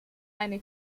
eine